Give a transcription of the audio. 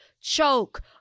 choke